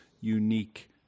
unique